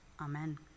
Amen